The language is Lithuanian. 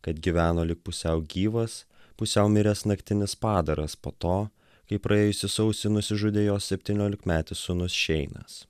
kad gyveno lyg pusiau gyvas pusiau miręs naktinis padaras po to kai praėjusį sausį nusižudė jos septyniolikmetis sūnus šeinas